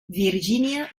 virgínia